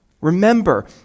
Remember